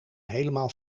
helemaal